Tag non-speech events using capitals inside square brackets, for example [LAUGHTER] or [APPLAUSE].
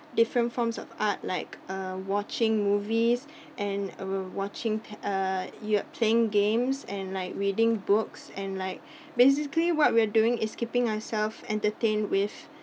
different forms of art like uh watching movies and uh watching te~ uh you're playing games and like reading books and like [BREATH] basically what we're doing is keeping ourself entertained with